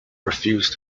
refused